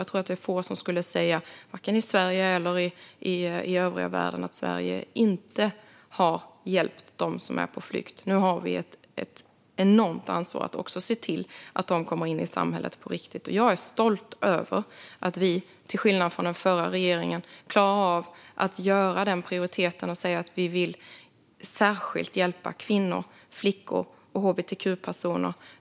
Jag tror att det är få i Sverige eller i övriga världen som skulle säga att Sverige inte har hjälpt dem som är på flykt. Nu har vi ett enormt ansvar att också se till att de kommer in i samhället på riktigt. Jag är stolt över att vi till skillnad från den förra regeringen klarar av att göra den prioriteringen och säga att vi särskilt vill hjälpa kvinnor, flickor och hbtq-personer.